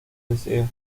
deseo